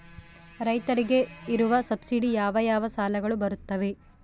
ರೈತರಿಗೆ ಇರುವ ಸಬ್ಸಿಡಿ ಯಾವ ಯಾವ ಸಾಲಗಳು ಬರುತ್ತವೆ?